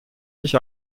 sich